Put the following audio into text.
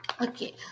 Okay